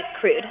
crude